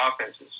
offenses